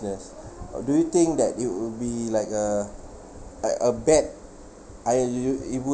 or do you think that it will be like uh like a bet I it would